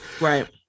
Right